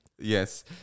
Yes